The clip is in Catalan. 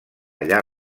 allà